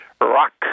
Rock